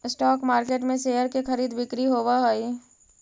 stock market में share के खरीद बिक्री होवऽ हइ